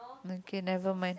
okay never mind